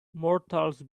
mortals